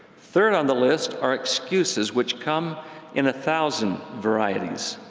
third on the list are excuses, which come in a thousand varieties,